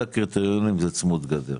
הקריטריונים זה צמוד גדר.